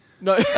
No